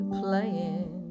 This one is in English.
playing